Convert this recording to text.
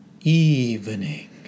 evening